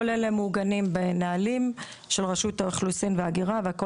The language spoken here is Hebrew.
כל אלו מעוגנים בנהלים של רשות האוכלוסין וההגירה והכל